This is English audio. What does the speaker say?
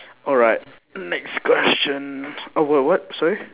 alright next question oh what what sorry